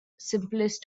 simplest